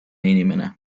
inimene